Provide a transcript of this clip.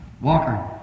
Walker